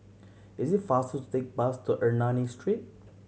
is it faster to take bus to Ernani Street